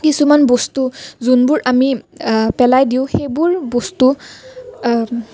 কিছুমান বস্তু যোনবোৰ আমি পেলাই দিওঁ সেইবোৰ বস্তু